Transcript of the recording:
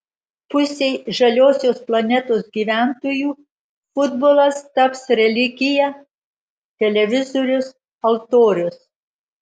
pusei žaliosios planetos gyventojų futbolas taps religija televizorius altorius